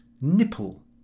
Nipple